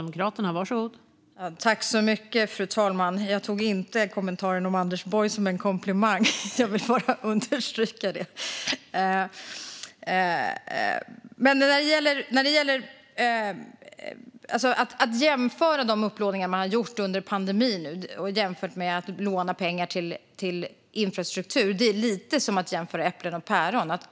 Fru talman! Jag tog inte kommentaren om Anders Borg som en komplimang; jag vill bara understryka det. Att jämföra den upplåning som gjordes under pandemin med att låna pengar till infrastruktur är lite som att jämföra äpplen och päron.